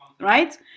right